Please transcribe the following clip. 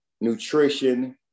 nutrition